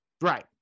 Right